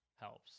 helps